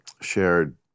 shared